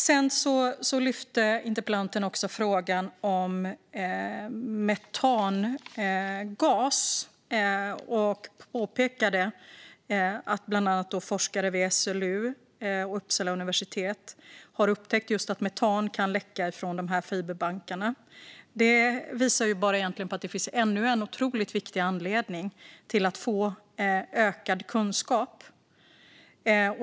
Interpellanten lyfte också upp frågan om metangas och påpekade att forskare vid bland annat SLU och Uppsala universitet har upptäckt att metan kan läcka från fiberbankarna. Det visar egentligen bara att det finns ännu en otroligt viktig anledning till att få ökad kunskap.